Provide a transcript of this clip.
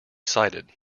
cited